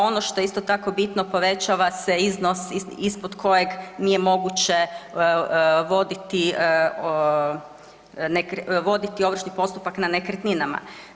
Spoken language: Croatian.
Ono što je isto tako bitno, povećava se iznos ispod kojeg nije moguće voditi ovršni postupak na nekretninama.